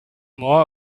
more